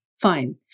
Fine